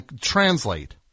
translate